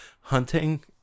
hunting